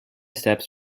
steps